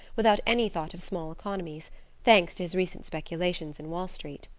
without any thought of small economies thanks to his recent speculations in wall street.